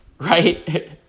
right